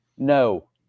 No